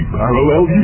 parallel